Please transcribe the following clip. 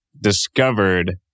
discovered